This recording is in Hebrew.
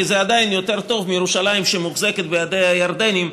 כי זה עדיין יותר טוב מירושלים שמוחזקת בידי הירדנים,